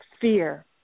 fear